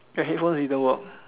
your headphones didn't work